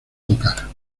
tocar